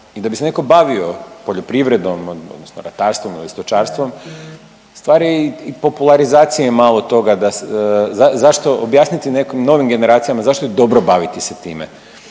I da bi se netko bavio poljoprivredom odnosno ratarstvom ili stočarstvom, stvar je i popularizacije malo toga, zašto, objasniti nekim novim generacijama zašto je dobro baviti se time,